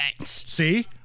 See